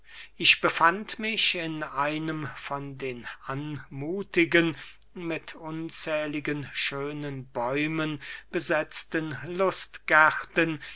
ich befand mich in einem von den anmuthigen mit unzähligen schönen bäumen besetzten lustgärten